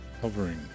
hovering